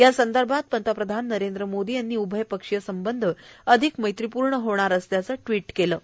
या संदर्भात पंतप्रधान नरेंद्र मोदी यांनी उभय पक्षीय संबंध अधिक मैत्रिपूर्ण होणार असल्याचं ट्विट केलं आहे